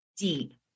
deep